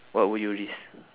what would you risk